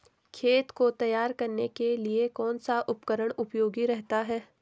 खेत को तैयार करने के लिए कौन सा उपकरण उपयोगी रहता है?